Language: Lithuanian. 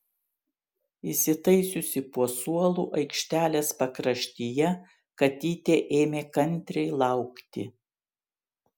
įsitaisiusi po suolu aikštelės pakraštyje katytė ėmė kantriai laukti